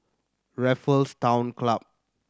Raffles Town Club